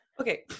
Okay